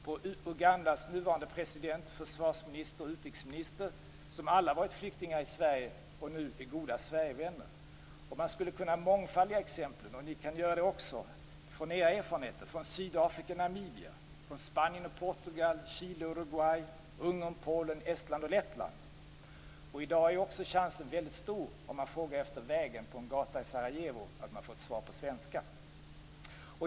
Jag tänker på Ugandas nuvarande president, försvarsminister och utrikesminister, som alla varit flyktingar i Sverige och nu är goda Sverigevänner. Man skulle kunna mångfaldiga exemplen, och ni kan göra det också från era erfarenheter, från Sydafrika och Namibia, från Spanien och Portugal, från Chile och Uruguay, från Ungern och Polen och från Estland och Lettland. I dag är också chansen stor, om man frågar efter vägen på en gata i Sarajevo, att man får ett svar på svenska.